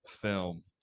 film